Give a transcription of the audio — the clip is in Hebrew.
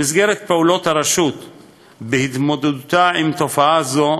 במסגרת פעולות הרשות בהתמודדות עם תופעה זו,